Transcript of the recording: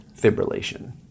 fibrillation